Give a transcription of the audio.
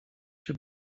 się